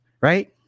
right